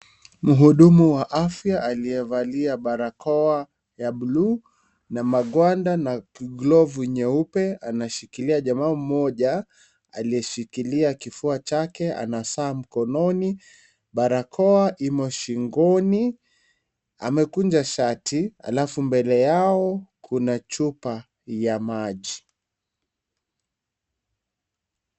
Mhudumu wa afya aliyevalia barakoa ya bluu na magwanda na glovu nyeupe anashikilia jamaa mmoja aliyeshikilia kifua chake ana saa mkononi barakoa imo shingoni , amekunja shati alafu mbele yao kuna chupa ya maji.